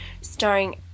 starring